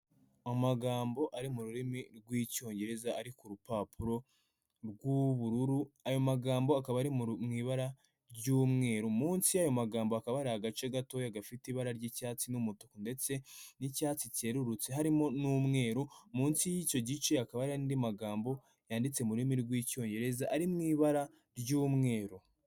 Amagambo ari mu rurimi rw'icyongereza ari ku rupapuro rw'ubururu ayo magambo akaba ari mu ibara ry'umweru munsi y'ayo magambo hakaba hari agace gatoya gafite ibara ry'icyatsi n'umutuku ndetse n'icyatsi cyerurutse harimo n'umweru, munsi y'icyo gice hakaba hariho n'andi magambo yanditse mu rurimi rw'icyongereza ari mu ibara ry'umweru.